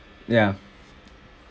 ya